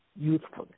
youthfulness